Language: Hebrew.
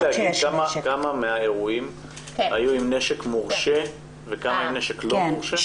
להגיד כמה מהאירועים היו עם נשק מורשה וכמה עם נשק לא מורשה?